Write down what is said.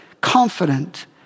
confident